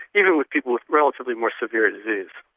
you know with people with relatively more severe disease.